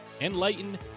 enlighten